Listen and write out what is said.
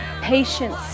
patience